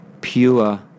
pure